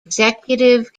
executive